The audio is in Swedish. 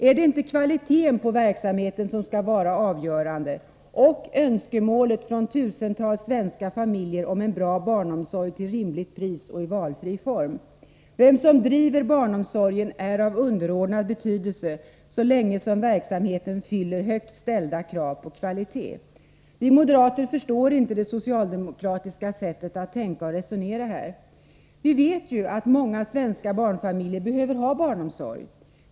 Är det inte kvaliteten på verksamheten och önskemålet från tusentals svenska familjer om en bra barnomsorg till rimligt pris och i valfri form som skall vara avgörande? Vem som driver barnomsorgen är av underordnad betydelse så länge verksamheten fyller högt ställda krav på kvalitet. Vi moderater förstår inte det socialdemokratiska sättet att tänka och resonera i fråga om barnomsorgen. Vi vet att många svenska barnfamiljer behöver ha barnomsorg.